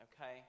Okay